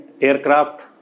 aircraft